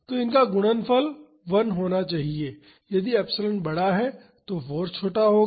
तो इनका गुणनफल 1 होना चाहिए यदि एप्सिलॉन बड़ा है तो फाॅर्स छोटा होगा